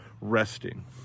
resting